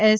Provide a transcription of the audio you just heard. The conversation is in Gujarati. એસ